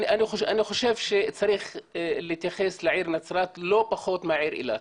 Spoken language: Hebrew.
אני חושב שצריך להתייחס לעיר נצרת לא פחות מאשר לעיר אילת.